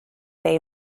they